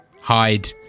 hide